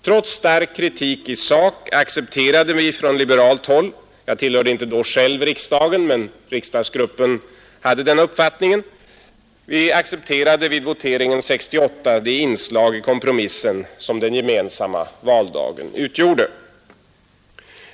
Trots stark kritik i sak accepterade vi från liberalt håll — jag tillhörde då inte själv riksdagen, men riksdagsgruppen hade denna uppfattning — vid voteringen 1968 det inslag i kompromissen som den gemensamma valdagen utgjorde.